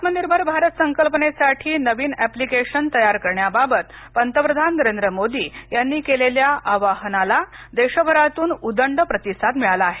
आत्मनिर्भर भारत संकल्पनेसाठी नवीन एप्लिकेशनतयार करण्याबाबत पंतप्रधान नरेंद्र मोदी यांनी केलेल्या आवाहनाला देशभरातून उदंडप्रतिसाद मिळाला आहे